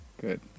good